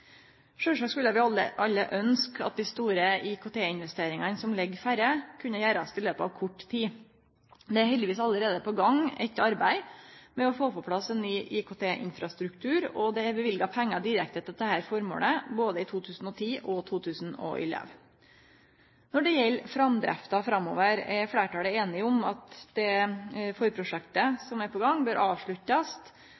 Sjølvsagt skulle vi alle ønskje at dei store IKT-investeringane som ligg føre, kunne gjerast i løpet av kort tid. Det er heldigvis allereie på gang eit arbeid med å få på plass ein ny IKT-infrastruktur, og det er løyvt pengar direkte til dette føremålet i både 2010 og 2011. Når det gjeld framdrifta framover, er fleirtalet einig om at det forprosjektet